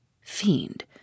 Fiend